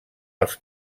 els